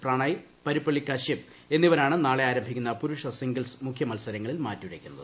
പ്രണേയ് പരുപ്പള്ളി കശ്യപ് എന്നിവരാണ് നാളെ ആരംഭിക്കുന്ന പുരുഷ സിംഗിൾസ് മുഖ്യമത്സരങ്ങളിൽ മാറ്റുരയ്ക്കുന്നത്